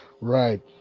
right